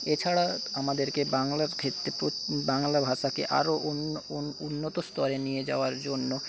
এছাড়া আমাদেরকে বাংলার ক্ষেত্রে বাংলা ভাষাকে আরো অন্য উন্নত স্তরে নিয়ে যাওয়ার জন্য